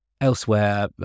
Elsewhere